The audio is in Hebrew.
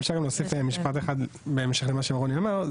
אם אפשר גם להוסיף משפט אחד בהמשך למה שרוני אמר.